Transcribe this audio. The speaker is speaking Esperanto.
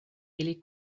ili